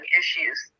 issues